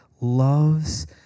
loves